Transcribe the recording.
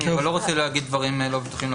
אבל אני לא רוצה להגיד דברים לא בטוחים לפרוטוקול.